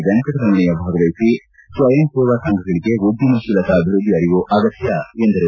ವೆಂಕಟರಮಣಯ್ಯ ಭಾಗವಹಿಸಿ ಸ್ವಯಂಸೇವಾ ಸಂಘಗಳಿಗೆ ಉದ್ಧಮ ಶೀಲತಾ ಅಭಿವೃದ್ಧಿ ಅರಿವು ಅಗತ್ಯ ಎಂದ ರು